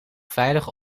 veilig